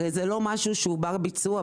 הרי זה לא משהו שהוא בר ביצוע.